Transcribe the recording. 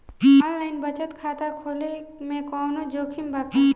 Online बचत खाता खोले में कवनो जोखिम बा का?